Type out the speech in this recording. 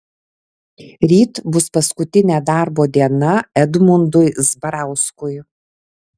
ryt bus paskutinė darbo diena edmundui zbarauskui